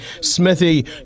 Smithy